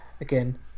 again